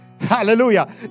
Hallelujah